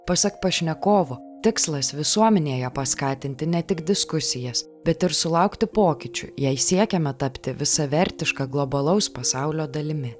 pasak pašnekovo tikslas visuomenėje paskatinti ne tik diskusijas bet ir sulaukti pokyčių jei siekiama tapti visavertiška globalaus pasaulio dalimi